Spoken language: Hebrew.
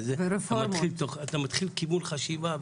אתה מתחיל כיוון חשיבה,